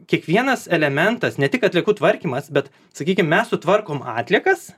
kiekvienas elementas ne tik atliekų tvarkymas bet sakykim mes sutvarkom atliekas